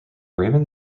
raymond